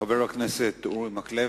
חבר הכנסת אורי מקלב.